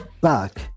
back